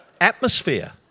Atmosphere